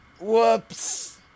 Whoops